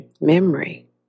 Memory